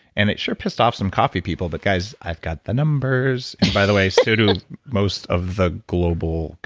and it sure pissed off some coffee people but guys i've got the numbers and by the way, so do most of the global.